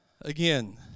Again